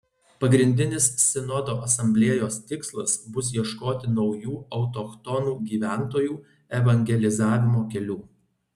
pagrindinis sinodo asamblėjos tikslas bus ieškoti naujų autochtonų gyventojų evangelizavimo kelių